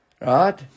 right